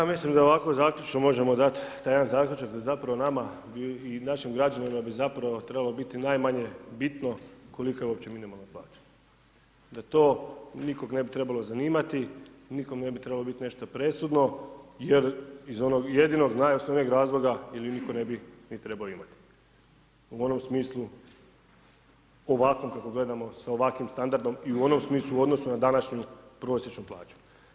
Da, mislim da ovako zaključno možemo dati taj jedan zaključak da zapravo nama i našim građanima bi zapravo trebalo biti najmanje bitno kolika je uopće minimalna plaća, da to nikoga ne bi trebalo zanimati, nikome ne bi trebalo biti nešto presudno jer iz onog jedinog najosnovnijeg razloga ili ju nitko niti trebao imati u onom smislu ovakvom kako gledamo sa ovakvim standardom i u onom smislu u odnosu na današnju prosječnu plaću.